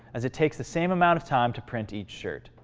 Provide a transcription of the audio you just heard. as it takes the same amount of time to print each shirt.